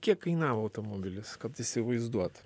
kiek kainavo automobilis kad įsivaizduot